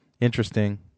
interesting